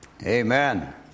Amen